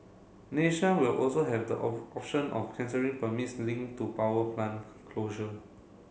nation will also have the option of cancelling permits link to power plant closure